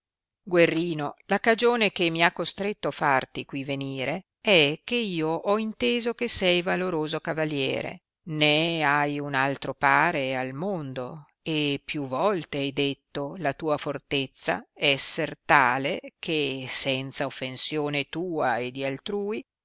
guerrino la cagione che mi ha costretto farti qui venire è che io ho inteso che sei valoroso cavaliere né hai un altro pare al mondo e più volte hai detto la tua fortezza esser tale che senza offensione tua e di altrui